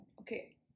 Okay